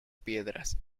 piedras